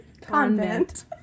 Convent